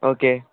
okay